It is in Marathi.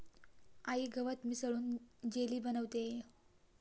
आई गवत मिसळून जेली बनवतेय